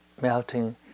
melting